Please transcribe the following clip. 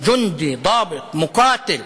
"ג'נדי, זאבט, מוקאתל